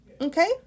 Okay